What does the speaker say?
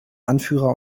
anführer